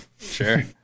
sure